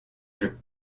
jeu